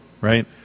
Right